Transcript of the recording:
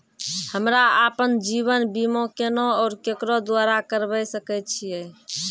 हमरा आपन जीवन बीमा केना और केकरो द्वारा करबै सकै छिये?